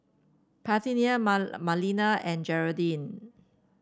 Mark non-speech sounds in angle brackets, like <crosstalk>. Parthenia <unintelligible> Marlena and Jeraldine